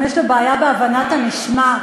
גם יש לו בעיה בהבנת הנשמע: